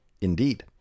Indeed